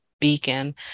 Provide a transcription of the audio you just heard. beacon